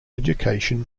education